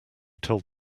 told